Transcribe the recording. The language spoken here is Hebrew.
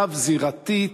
רב-זירתית,